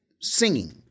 singing